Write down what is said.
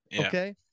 Okay